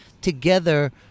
together